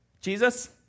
Jesus